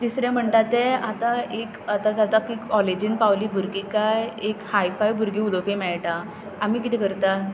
तिसरें म्हणटा तें आतां एक आतां जाता की कॉलेजीन पावलीं भुरगीं काय एक हायफाय भुरगीं उलोवपी मेळटा आमी किदें करता